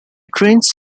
drains